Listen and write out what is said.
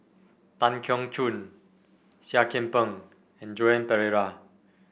Tan Keong Choon Seah Kian Peng and Joan Pereira